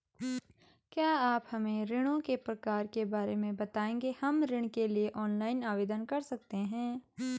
क्या आप हमें ऋणों के प्रकार के बारे में बताएँगे हम ऋण के लिए ऑनलाइन आवेदन कर सकते हैं?